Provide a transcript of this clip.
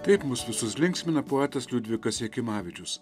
taip mus visus linksmina poetas liudvikas jakimavičius